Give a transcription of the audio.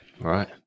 right